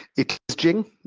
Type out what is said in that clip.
it is jing.